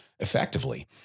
effectively